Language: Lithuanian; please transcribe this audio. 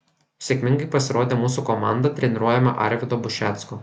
sėkmingai pasirodė mūsų komanda treniruojama arvydo bušecko